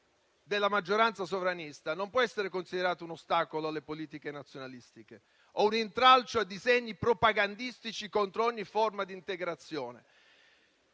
della maggioranza sovranista, non può essere considerato un ostacolo alle politiche nazionalistiche o un intralcio a disegni propagandistici contro ogni forma di integrazione.